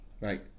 right